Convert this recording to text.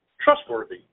trustworthy